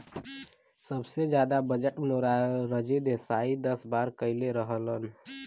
सबसे जादा बजट मोरारजी देसाई दस बार कईले रहलन